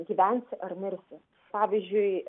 gyvensi ar mirsi pavyzdžiui